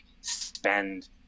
spend